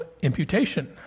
imputation